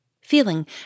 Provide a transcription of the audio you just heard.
feeling